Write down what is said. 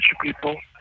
people